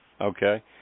Okay